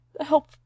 help